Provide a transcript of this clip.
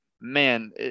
man